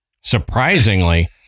Surprisingly